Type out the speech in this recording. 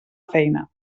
feina